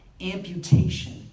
amputation